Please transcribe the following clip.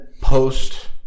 post